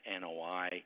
NOI